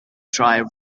dry